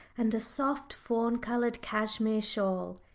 and a soft fawn-coloured cashmere shawl.